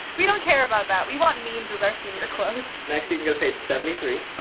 we don't care about that. we want memes as our senior quotes. next, you can go to page seventy three. ah,